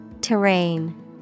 Terrain